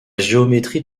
géométrie